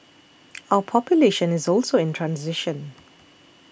our population is also in transition